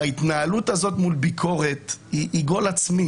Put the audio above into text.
ההתנהלות הזאת מול ביקורת היא גול עצמי